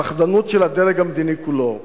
פחדנות של הדרג המדיני כולו.